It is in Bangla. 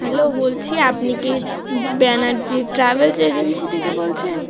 হ্যালো বলছি আপনি কি ব্যানার্জী ট্রাভেলস এজেন্সি থেকে বলছেন